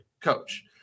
coach